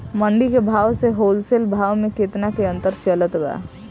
मंडी के भाव से होलसेल भाव मे केतना के अंतर चलत बा?